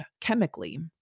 chemically